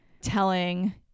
telling